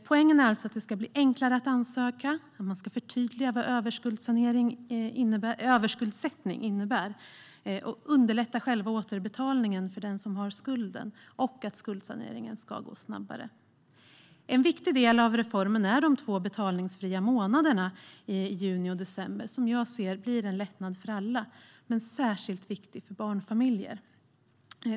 Poängen är alltså att det ska bli enklare att ansöka, att man ska förtydliga vad överskuldsättning innebär och underlätta själva återbetalningen för den som har skulden och att skuldsaneringen ska gå snabbare. En viktig del av reformen är de två betalningsfria månaderna juni och december. Det anser jag blir en lättnad för alla, men särskilt viktigt för barnfamiljer.